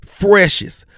freshest